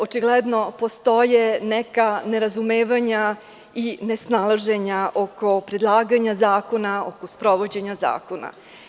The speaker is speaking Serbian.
Očigledno postoje neka nerazumevanja i nesnalaženja oko predlaganja zakona, oko sprovođenja zakona.